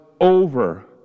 over